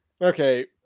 Okay